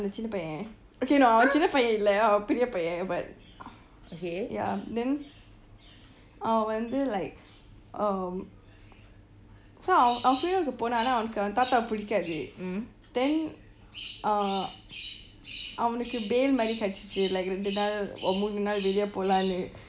அந்த சின்ன பையன்:anta chinna paiyan okay no அவன் சின்ன பையன் இல்ல பெரிய பையன்:avan chinna paaiyan ellai periya paiyan but ya then அவன் வந்து:avan vantu like um so அவன்:avan funeral போனான் ஏனால் அவனுக்கு தாத்தாவை பிடிக்காது:poonaan aanaal avannuku taattaavey pitikaatu then uh அவனுக்கு:avanukku bail மாரி கிடைச்சு இரண்டு நாள்:maari ketachu rendu naal or மூனு நாள் வெளிய போலாம்னு :moonu naal veliye poolaamnu